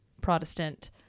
protestant